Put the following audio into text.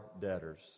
debtors